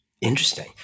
Interesting